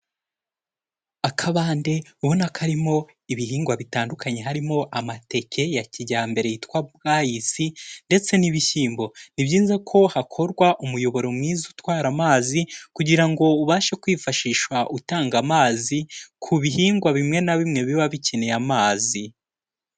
Akabande ubona karimo ibihingwa bitandukanye, harimo amateke ya kijyambere yitwa bwayisi ndetse n'ibishyimbo, ni byiza ko hakorwa umuyoboro mwiza utwara amazi kugira ngo ubashe kwifashishwa utanga amazi ku bihingwa bimwe na bimwe biba bikeneye amazi.